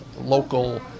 local